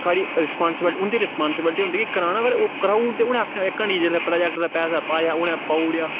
साढ़ी रिस्पांसिबिलिटी उं'दी रिस्पांसिबिलिटी होंदी कि कराना पर ओह् कराऊ ओड़दे उ'नें आखना इक हांडी जेल्लै प्रोजेक्ट दा पैसा पाया उ'नें पाऊ ओड़ेआ